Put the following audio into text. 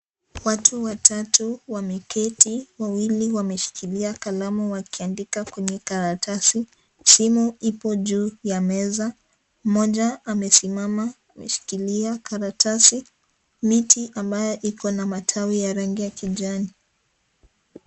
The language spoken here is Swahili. Watu watatu wameketi, wawili wameshikilia kalamu wakiandika kwenye karatasi. Simu ipo juu ya meza, mmoja amesemama ameshikilia karatasi. Miti ambayo iko na matawi ya rangi ya kijani.